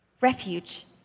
refuge